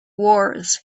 wars